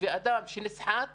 ואדם שנסחט